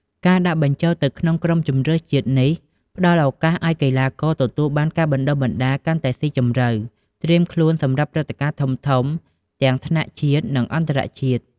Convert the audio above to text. ការដាក់បញ្ចូលទៅក្នុងក្រុមជម្រើសជាតិនេះផ្ដល់ឱកាសឲ្យកីឡាករទទួលបានការបណ្តុះបណ្តាលកាន់តែស៊ីជម្រៅ ត្រៀមខ្លួនសម្រាប់ព្រឹត្តិការណ៍ធំៗទាំងថ្នាក់ជាតិ និងអន្តរជាតិ។